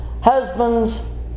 Husbands